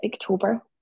October